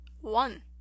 one